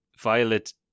Violet